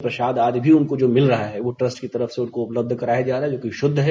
प्रसाद आदि भी उनको जो मिल रहा है वह ट्रस्ट की तरफ से उनको उपलब्ध कराया जा रहा है जो कि शुद्ध है